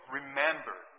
remember